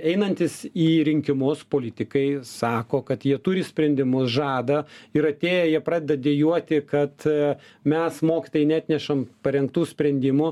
einantys į rinkimus politikai sako kad jie turi sprendimus žada ir atėję jie pradeda dejuoti kad mes mokytojai neatnešam parengtų sprendimų